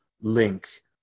link